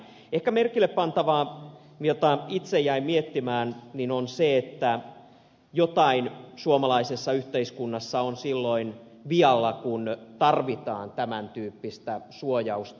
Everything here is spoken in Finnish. ehkä merkillepantavaa mitä itse jäin miettimään on se että jotain suomalaisessa yhteiskunnassa on silloin vialla kun tarvitaan tämän tyyppistä suojausta